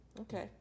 Okay